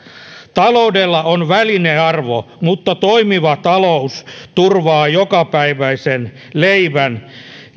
taloudella on välinearvo eli toimiva talous turvaa jokapäiväisen leivän ja